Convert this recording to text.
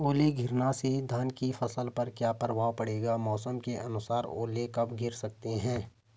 ओले गिरना से धान की फसल पर क्या प्रभाव पड़ेगा मौसम के अनुसार ओले कब गिर सकते हैं?